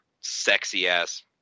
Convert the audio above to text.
sexy-ass